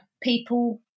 people